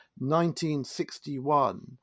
1961